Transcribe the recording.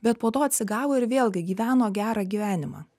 bet po to atsigavo ir vėlgi gyveno gerą gyvenimą